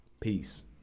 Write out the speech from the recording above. Peace